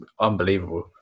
unbelievable